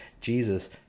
Jesus